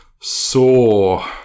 Saw